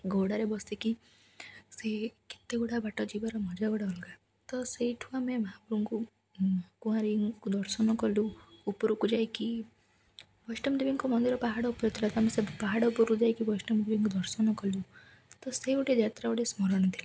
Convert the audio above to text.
ଘୋଡ଼ାରେ ବସିକି ସେ କେତେ ଗୁଡ଼ା ବାଟ ଯିବାର ମଜା ଗୋଟେ ଅଲଗା ତ ସେଇଠୁ ଆମେ ଙ୍କୁ କୁଆଁରୀଙ୍କୁ ଦର୍ଶନ କଲୁ ଉପରକୁ ଯାଇକି ବୈଷ୍ଣବ ଦେବୀଙ୍କ ମନ୍ଦିର ପାହାଡ଼ ଉପର ଥିଲା ତଆମେ ସେ ପାହାଡ଼ ଉପରକୁ ଯାଇକି ବୈଷ୍ଣବ ଦେବୀଙ୍କୁ ଦର୍ଶନ କଲୁ ତ ସେଇ ଗୋଟେ ଯାତ୍ରା ଗୋଟେ ସ୍ମରଣ ଥିଲା